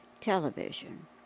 television